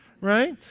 right